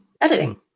editing